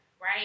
right